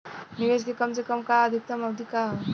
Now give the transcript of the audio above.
निवेश के कम से कम आ अधिकतम अवधि का है?